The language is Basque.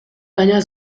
baina